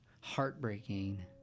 Heartbreaking